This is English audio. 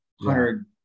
hundred